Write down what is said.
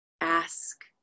Ask